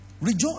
Rejoice